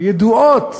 ידועות